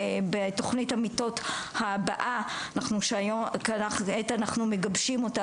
בתוכנית המיטות הבאה שכיום אנחנו מגבשים אותה,